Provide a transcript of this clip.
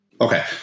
Okay